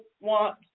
want